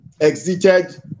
exited